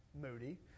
moody